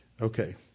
Okay